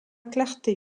clarté